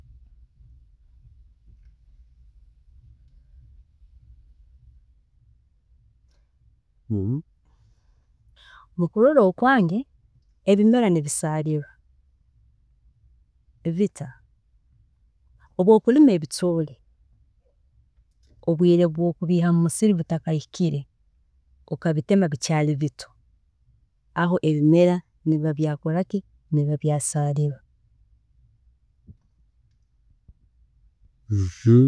Mukurola okwange, ebimera nibisaalirwa, bita, obu okulima ebicoori obwiire bwokubiiha mumusiri butakahikire, okabitema bikyaali bito, aho ebimera nibiba byakoraki, nibiba byasaalirwa